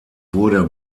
wurde